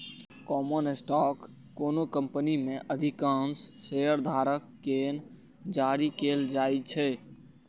common stock कोनो company मे अधिकांश शेयरधारक कें जारी कैल जाइ छै